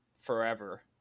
forever